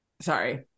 Sorry